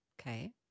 okay